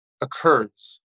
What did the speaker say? occurs